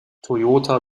toyota